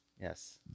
Yes